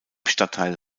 stadtteil